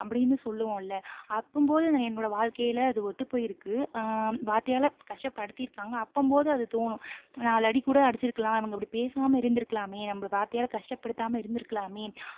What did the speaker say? அப்படின்னு சொல்லுவோம்ல அப்பம்போது அது என்னோட வாழ்க்கையில் அது ஒத்து போயிருக்கு வார்த்தையால் கஷ்டப்படுத்தியிருக்காங்க அப்பம்போது அது தோணும் நாலு அடிக்கூட அடித்திருக்கலாம் அவங்க அப்படி பேசாமல் இருந்திருக்கலாமே நம்மள வார்த்தையால் கஷ்டப்படுத்தாமல் இருந்திருக்கலாமே